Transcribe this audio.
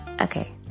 Okay